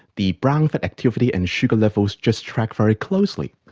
the brown fat activity and sugar levels just track very closely.